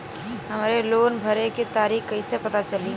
हमरे लोन भरे के तारीख कईसे पता चली?